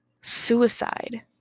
Suicide